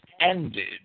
ended